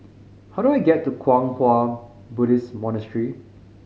how do I get to Kwang Hua Buddhist Monastery